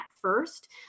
first